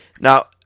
Now